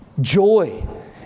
Joy